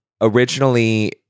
originally